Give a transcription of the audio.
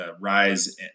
rise